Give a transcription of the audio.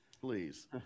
Please